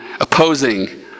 opposing